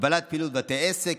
הגבלת פעילות בתי עסק,